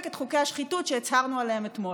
את חוקי השחיתות שהצהרנו עליהם אתמול.